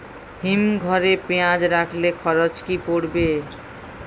হিম ঘরে পেঁয়াজ রাখলে খরচ কি পড়বে?